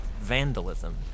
vandalism